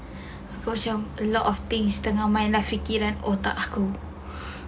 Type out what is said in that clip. aku macam a lot of thing tengah main lah fikiran otak aku